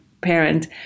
parent